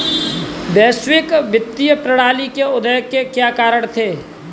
वैश्विक वित्तीय प्रणाली के उदय के क्या कारण थे?